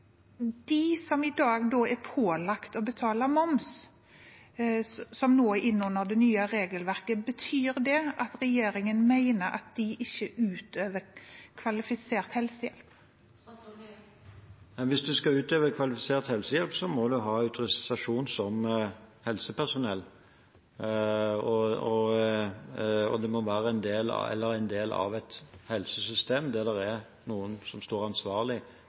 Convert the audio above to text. som nå er innunder det nye regelverket, ikke utøver kvalifisert helsehjelp? Hvis en skal utøve kvalifisert helsehjelp, må en ha autorisasjon som helsepersonell, eller være en del av et helsesystem der det er noen som står ansvarlig